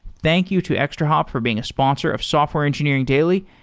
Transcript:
thank you to extrahop for being a sponsor of software engineering daily,